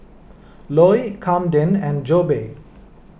Loy Kamden and Jobe